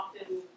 often